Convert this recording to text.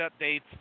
updates